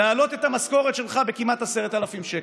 להעלות את המשכורת שלך בכמעט 10,000 שקל?